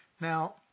Now